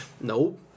Nope